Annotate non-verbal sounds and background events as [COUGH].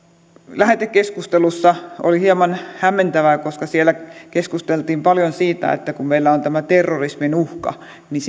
lähetekeskustelussa oli hieman hämmentävää että siellä keskusteltiin paljon siitä että kun meillä on tämä terrorismin uhka niin [UNINTELLIGIBLE]